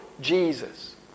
Jesus